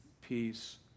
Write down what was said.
Peace